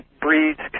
breeds